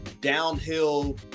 downhill